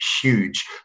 huge